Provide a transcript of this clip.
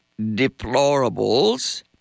deplorables